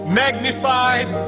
magnified